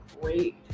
great